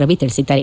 ರವಿ ತಿಳಿಸಿದ್ದಾರೆ